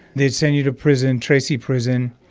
they'd send you to prison, tracy prison,